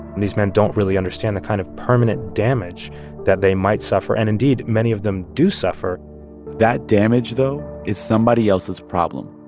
and these men don't really understand the kind of permanent damage that they might suffer, and indeed, many of them do suffer that damage, though, is somebody else's problem.